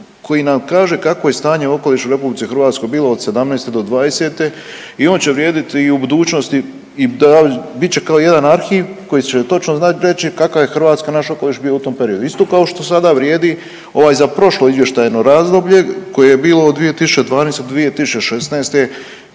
koji nam kaže kakvo je stanje u okolišu u RH bilo od '17.-'20. i on će vrijediti i u budućnosti i bit će kao jedan arhive koji će točno znat reći kakav je Hrvatska naš okoliš bio u tom periodu, isto kao što sada vrijedi ovaj za prošlo izvještajno razdoblje koje je bilo od 2012.-2016.